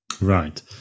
Right